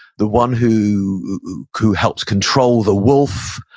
the one who who helps control the wolf.